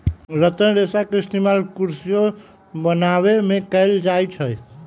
रतन रेशा के इस्तेमाल कुरसियो बनावे में कएल जाई छई